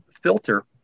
filter